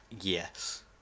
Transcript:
Yes